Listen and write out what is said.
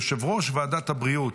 יושב-ראש ועדת הבריאות.